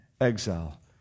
exile